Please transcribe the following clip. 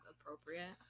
appropriate